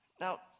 Now